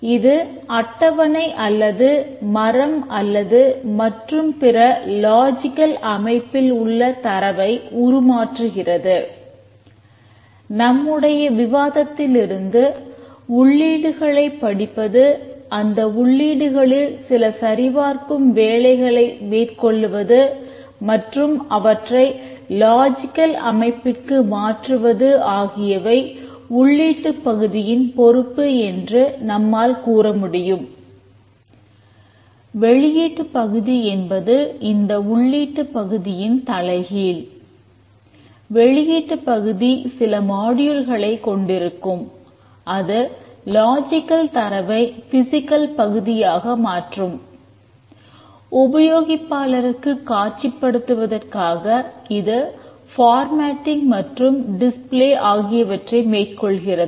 இது அட்டவணை அல்லது மரம் அல்லது மற்றும் பிற லாஜிக்கல் ஆகியவற்றை மேற்கொள்கிறது